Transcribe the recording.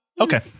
Okay